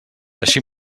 així